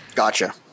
Gotcha